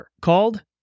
called